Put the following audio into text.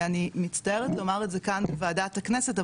ואני מצטערת לומר את זה כאן בוועדת הכנסת,